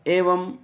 एवं